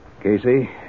Casey